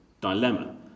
dilemma